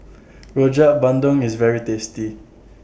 Rojak Bandung IS very tasty